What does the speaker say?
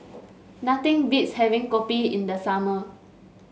nothing beats having kopi in the summer